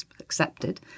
accepted